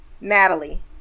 Natalie